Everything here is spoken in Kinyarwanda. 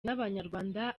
n’abanyarwanda